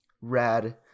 Rad